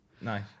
Nice